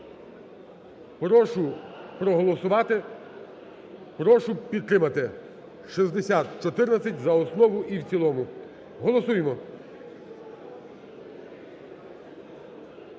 Прошу проголосувати, прошу підтримати 6014 за основу і в цілому, голосуємо,